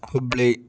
Hubli